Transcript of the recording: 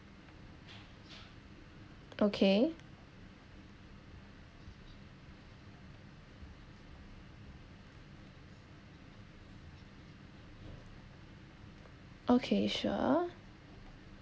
okay okay sure